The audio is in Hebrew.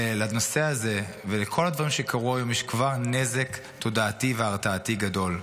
לנושא הזה ולכל הדברים שקרו היום יש כבר נזק תודעתי והרתעתי גדול.